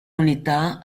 unità